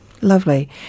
Lovely